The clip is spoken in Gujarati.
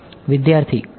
વિદ્યાર્થી ખરું